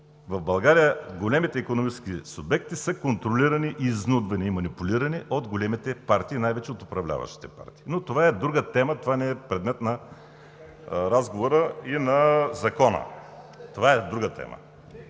В България големите икономически субекти са контролирани, изнудвани и манипулирани от големите партии, най вече от управляващите партии. Но това е друга тема, това не е предмет на разговора и на Закона. (Реплики от